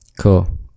cool